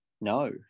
no